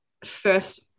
first